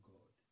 God